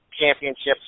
Championships